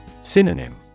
Synonym